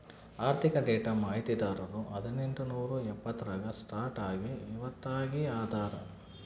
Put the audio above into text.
ಆರ್ಥಿಕ ಡೇಟಾ ಮಾಹಿತಿದಾರರು ಹದಿನೆಂಟು ನೂರಾ ಎಪ್ಪತ್ತರಾಗ ಸ್ಟಾರ್ಟ್ ಆಗಿ ಇವತ್ತಗೀ ಅದಾರ